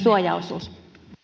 suojaosuus arvoisa